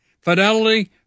fidelity